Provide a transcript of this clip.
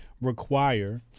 require